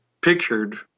pictured